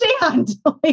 understand